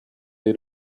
they